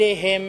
אלה הם